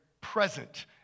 present